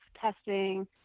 testing